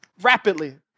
rapidly